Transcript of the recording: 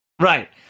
Right